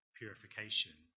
purification